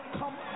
come